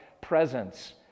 presence